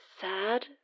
sad